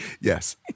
Yes